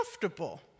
comfortable